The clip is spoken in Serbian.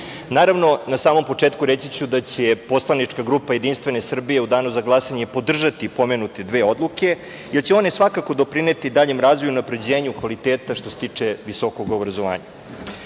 na samom početku reći ću da će Poslanička grupa JS u danu za glasanje podržati pomenute dve odluke, jer će one svakako doprineti daljem razvoju i unapređenju kvaliteta što se tiče visokog obrazovanja. Ministre